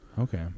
Okay